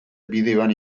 bideoan